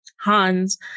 Hans